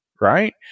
right